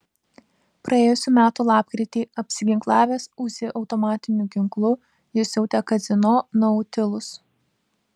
praėjusių metų lapkritį apsiginklavęs uzi automatiniu ginklu jis siautė kazino nautilus